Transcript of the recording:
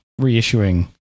reissuing